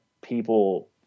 people